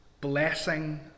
Blessing